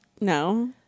No